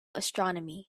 astronomy